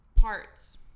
Parts